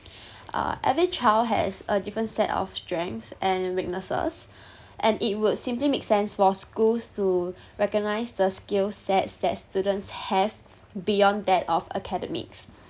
uh every child has a different set of strengths and weaknesses and it would simply make sense for schools to recognise the skill sets that students have beyond that of academics